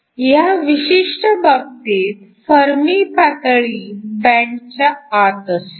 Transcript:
ह्या विशिष्ट बाबतीत फर्मी पातळी बँडच्या आत असेल